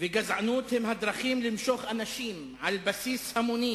וגזענות הם הדרכים למשוך אנשים על בסיס המוני